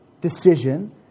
decision